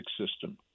system